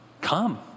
Come